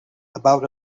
about